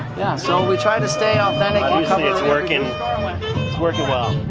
yeah, so we try to stay authentic. obviously it's working. it's working well.